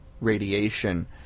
radiation